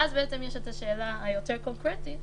ואז יש את השאלה היותר קונקרטית: